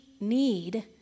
need